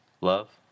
love